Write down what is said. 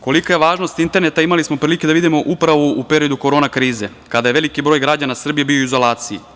Kolika je važnost interneta imali smo prilike da vidimo u periodu korona krize kada je veliki broj građana Srbije bio u izolaciji.